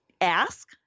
ask